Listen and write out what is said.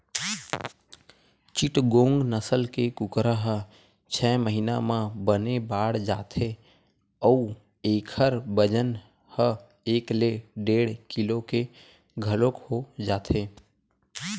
चिटगोंग नसल के कुकरा ह छय महिना म बने बाड़ जाथे अउ एखर बजन ह एक ले डेढ़ किलो के घलोक हो जाथे